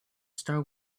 star